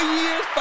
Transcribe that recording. years